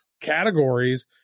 categories